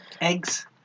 Eggs